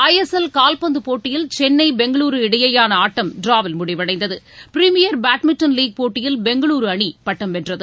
ஐ S L கால்பந்து போட்டியில் சென்னை பெங்களுரு இடையேயான ஆட்டம் டிராவில் முடிவடைந்தது பிரீமியர் பேட்மிண்டன் லீக் போட்டியில் பெங்களுரு அணி பட்டம் வென்றது